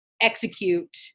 execute